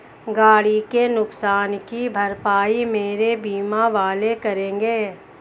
गाड़ी के नुकसान की भरपाई मेरे बीमा वाले करेंगे